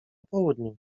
południu